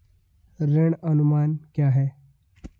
ऋण अनुमान क्या है?